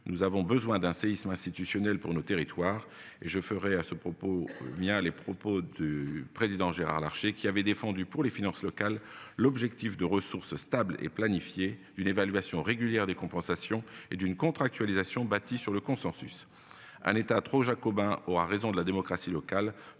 Nous avons besoin d'un séisme institutionnel pour nos territoires et je ferais à ce propos bien les propos du président Gérard Larché qui avait défendu pour les finances locales. L'objectif de ressources stables et planifié une évaluation régulière des compensations et d'une contractualisation bâtie sur le consensus un État trop jacobin aura raison de la démocratie locale,